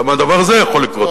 גם הדבר הזה יכול לקרות.